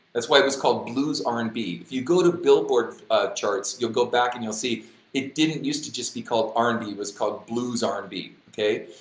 that's why it was called blues r and b, if you go to billboard charts, you'll go back and you'll see it didn't use to just be called r and b, it was called blues r and b, kay?